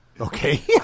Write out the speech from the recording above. Okay